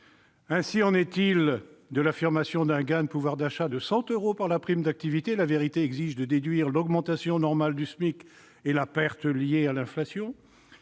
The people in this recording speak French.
Ainsi en est-il de l'affirmation d'un gain de pouvoir d'achat de 100 euros par la prime d'activité. La vérité exige de déduire l'augmentation normale du SMIC et la perte liée à l'inflation.